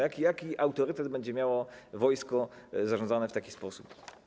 Jaki autorytet będzie miało wojsko zarządzane w taki sposób?